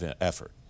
effort